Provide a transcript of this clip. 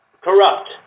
corrupt